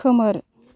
खोमोर